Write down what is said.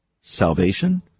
Salvation